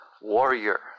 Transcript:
warrior